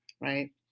right